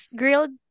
grilled